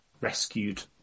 rescued